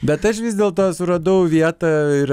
bet aš vis dėlto suradau vietą ir